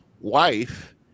wife